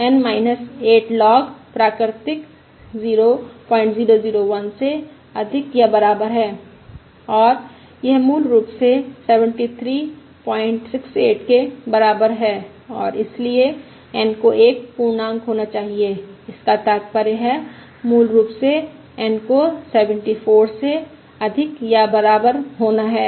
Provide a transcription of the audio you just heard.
N 8 log प्राकृतिक 00001 से अधिक या बराबर है और यह मूल रूप से 7368 के बराबर है और इसलिए N को एक पूर्णांक होना चाहिए इसका तात्पर्य है मूल रूप से N को 74 से अधिक या बराबर होना है